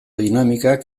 dinamikak